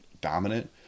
dominant